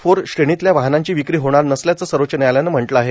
four श्रेणीतल्या वाहनांची विक्री होणार नसल्याचं सर्वोच्च न्यायालयानं म्हटलं आहे